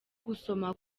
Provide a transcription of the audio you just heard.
gusoma